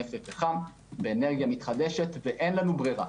נפט ופחם באנרגיה מתחדשת ואין לנו בררה,